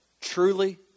truly